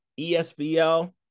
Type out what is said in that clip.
ESBL